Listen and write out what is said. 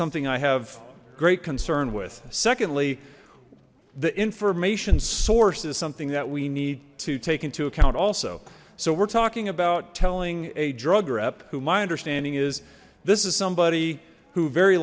something i have great concern with secondly the information source is something that we need to take into account also so we're talking about telling a drug rep who my understanding is this is somebody who very